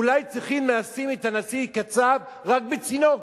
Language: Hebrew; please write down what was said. אולי צריכים לשים את הנשיא קצב רק בצינוק.